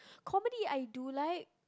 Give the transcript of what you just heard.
comedy I do like